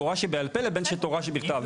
בתורה שבעל פה לבין תורה שבכתב.